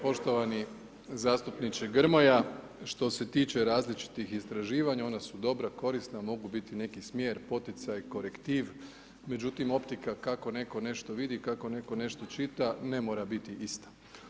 Poštovani zastupniče Grmoja, što se tiče različitih istraživanja, ona su dobra, korisna, mogu biti i neki smjer, poticaj, korektiv, međutim optika kako netko nešto vidi, kako netko nešto čita ne mora biti ista.